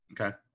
Okay